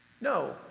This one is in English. No